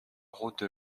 route